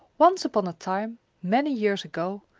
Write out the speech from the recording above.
once upon a time, many years ago,